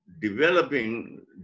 developing